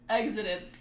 exited